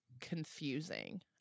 confusing